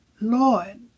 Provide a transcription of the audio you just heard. Lord